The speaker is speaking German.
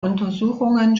untersuchungen